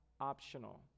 optional